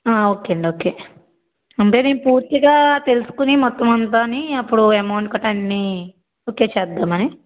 okay అండి okay అంటే మేము పూర్తిగా తెలుసుకుని మొత్తం అంతాను అప్పుడు అమౌంట్ కట్టటానికి ఓకే చేద్దామని